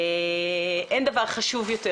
אין דבר חשוב יותר,